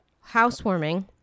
Housewarming